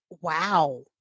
wow